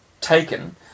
taken